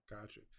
Gotcha